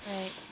Right